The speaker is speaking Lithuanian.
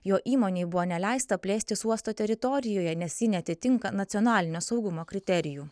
jo įmonei buvo neleista plėstis uosto teritorijoje nes ji neatitinka nacionalinio saugumo kriterijų